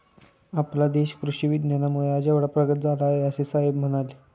आपला देश कृषी विज्ञानामुळे आज एवढा प्रगत झाला आहे, असे साहेब म्हणाले